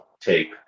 take